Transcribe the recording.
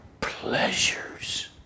pleasures